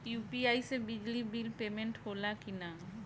UPI से बिजली bill payment होला कि न?